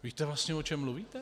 Víte vlastně, o čem mluvíte?